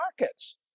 markets